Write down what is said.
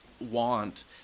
want